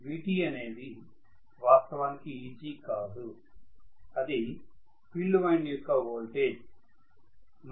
Vt అనేదివాస్తవానికి Eg కాదు అది ఫీల్డ్ వైండింగ్ యొక్క వోల్టేజ్